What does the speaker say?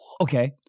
Okay